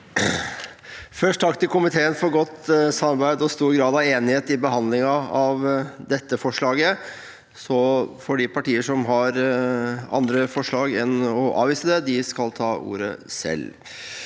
Først takk til komiteen for godt samarbeid og stor grad av enighet ved behandlingen av dette forslaget. De partier som har andre forslag enn å avvise det, skal ta ordet selv.